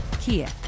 Kia